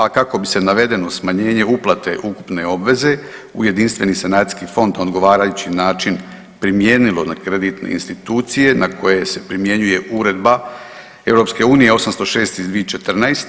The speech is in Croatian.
A kako bi se navedeno smanjenje uplate ukupne obveze u jedinstveni sanacijski fond na odgovarajući način primijenilo na kreditne institucije na koje se primjenjuje Uredba EU 806 iz 2014.